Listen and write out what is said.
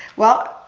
well,